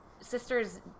sisters